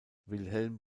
wilhelm